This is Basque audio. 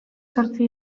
zortzi